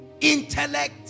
intellect